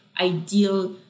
ideal